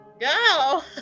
Go